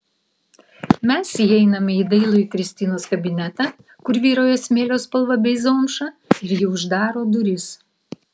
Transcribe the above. mes įeiname į dailųjį kristinos kabinetą kur vyrauja smėlio spalva bei zomša ir ji uždaro duris